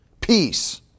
peace